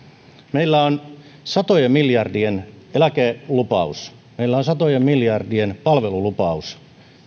meillä on satojen miljardien eläkelupaus meillä on satojen miljardien palvelulupaus